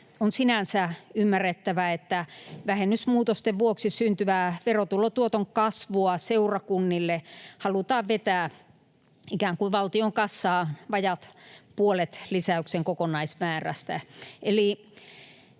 on sinänsä ymmärrettävää, että vähennysmuutosten vuoksi syntyvää verotulotuoton kasvua seurakunnille halutaan vetää ikään kuin valtion kassaan vajaat puolet lisäyksen kokonaismäärästä.